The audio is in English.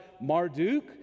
Marduk